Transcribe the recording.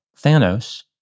Thanos